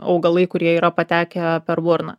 augalai kurie yra patekę per burną